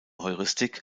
heuristik